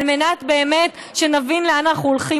על מנת שנבין לאן אנחנו הולכים.